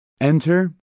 Enter